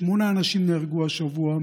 שמונה אנשים נהרגו השבוע,